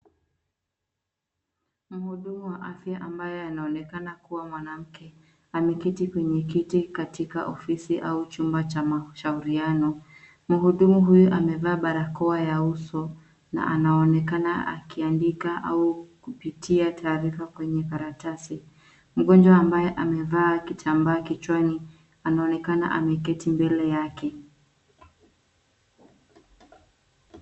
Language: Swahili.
Mhudumu wa afya ambaye anaonekana kuwa mwanamke, ameketi kwenye kiti katika ofisi au chumba cha mashauriano. Mhudumu huyo amevaa barakoa ya uso, na anaonekana akiandika au kupitia taarifa kwenye karatasi. Mgonjwa ambaye amevaa kitambaa kichwani, anaonekana ameketi mbele yake.